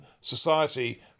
society